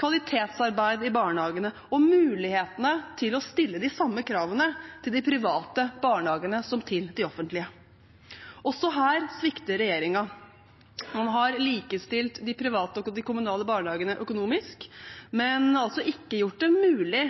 kvalitetsarbeid i barnehagene og mulighetene til å stille de samme kravene til de private barnehagene som til de offentlige. Også her svikter regjeringen. Man har likestilt de private og de kommunale barnehagene økonomisk, men altså ikke gjort det mulig